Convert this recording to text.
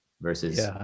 versus